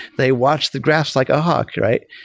they watch the graphs like a hawk, right?